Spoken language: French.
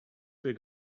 fais